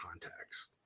contacts